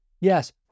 Yes